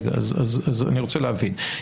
אז אני רוצה להבין,